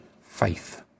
faith